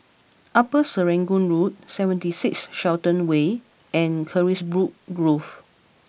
Upper Serangoon Road Seventy Six Shenton Way and Carisbrooke Grove